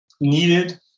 needed